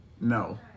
no